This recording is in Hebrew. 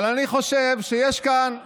אבל אני חושב שיש כאן הזדמנות,